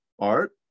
art